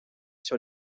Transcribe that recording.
sur